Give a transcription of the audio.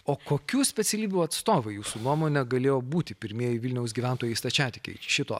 o kokių specialybių atstovai jūsų nuomone galėjo būti pirmieji vilniaus gyventojai stačiatikiai šito